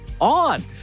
on